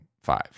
five